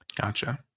Gotcha